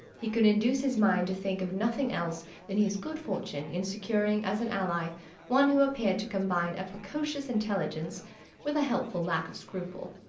he could induce his mind to think of nothing else than his good fortune in securing as an ally one who appeared to combine a precocious intelligence with a helpful lack of scruple.